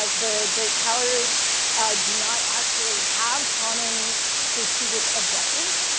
ah the great powers do not actually have common strategic objectives.